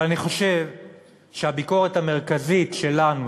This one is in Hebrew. אבל אני חושב שהביקורת המרכזית שלנו,